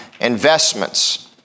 investments